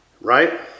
Right